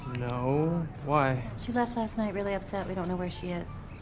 no. why? she left last night really upset. we don't know where she is.